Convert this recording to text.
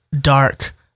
dark